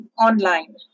online